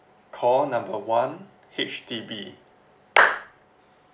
call number one H_D_B